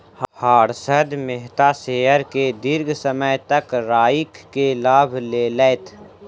Harshad Mehta share के दीर्घ समय तक राइख के लाभ लेलैथ